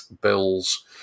Bills